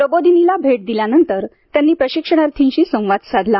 प्रबोधिनीला भेट दिल्यानंतर त्यांनी प्रशिक्षणार्थ्यांशी संवाद साधला